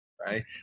right